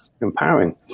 empowering